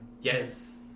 Yes